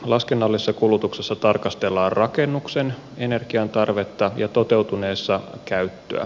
laskennallisessa kulutuksessa tarkastellaan rakennuksen energiantarvetta ja toteutuneessa käyttöä